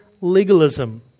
legalism